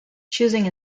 choosing